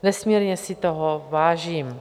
Nesmírně si toho vážím.